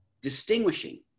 distinguishing